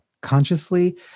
consciously